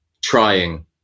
trying